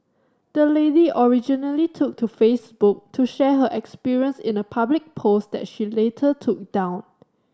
the lady originally took to Facebook to share her experience in a public post that she later took down